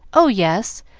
oh, yes!